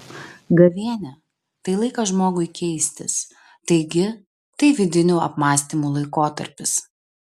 gavėnia tai laikas žmogui keistis taigi tai vidinių apmąstymų laikotarpis